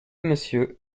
monsieur